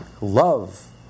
love